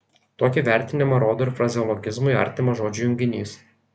tokį vertinimą rodo ir frazeologizmui artimas žodžių junginys